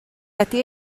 wedi